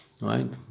Right